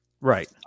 Right